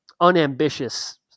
unambitious